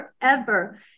forever